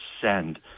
send